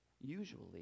usually